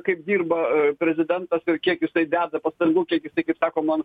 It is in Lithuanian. kaip dirba prezidentas ir kiek jisai deda pastangų kiek jisai kaip sakoma